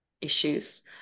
issues